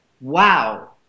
wow